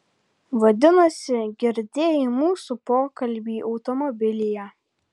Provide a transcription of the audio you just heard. vadinasi girdėjai mūsų pokalbį automobilyje